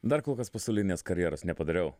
dar kol kas pasaulinės karjeros nepadariau